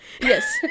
Yes